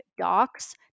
docs